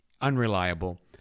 unreliable